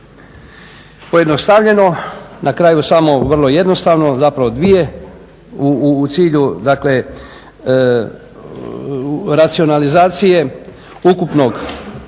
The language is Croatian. Pojednostavljeno na kraju samo vrlo jednostavno, zapravo dvije u cilju dakle racionalizacije ukupnog